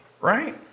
right